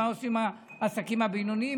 מה עושים עם העסקים הבינוניים,